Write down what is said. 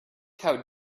how